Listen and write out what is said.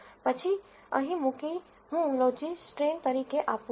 પછી અહીં મૂકી હું લોજીસ્ટ્રેન તરીકે આપું છું